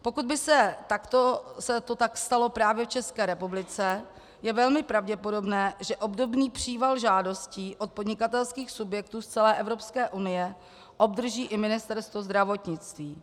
Pokud by se to tak stalo právě České republice, je velmi pravděpodobné, že obdobný příval žádostí od podnikatelských subjektů z celé Evropské unie obdrží i Ministerstvo zdravotnictví.